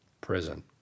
prison